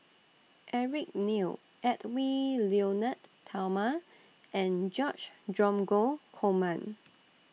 Eric Neo Edwy Lyonet Talma and George Dromgold Coleman